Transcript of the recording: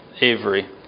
Avery